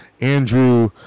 Andrew